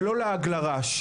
זה לא לעג לרש.